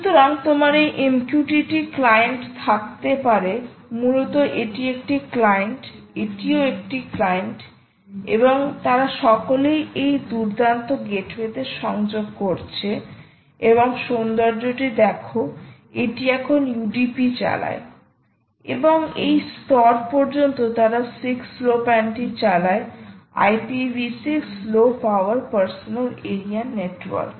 সুতরাং তোমার এই MQTT ক্লায়েন্ট থাকতে পারে মূলত এটি একটি ক্লায়েন্ট এটিও একটি ক্লায়েন্ট এবং তারা সকলেই এই দুর্দান্ত গেটওয়েতে সংযোগ করছে এবং সৌন্দর্যটি দেখ এটি এখন UDP চালায় এবং এই স্তর পর্যন্ত তারা 6 লো প্যানটি চালায় IPv6 low power personal area network